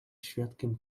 świadkiem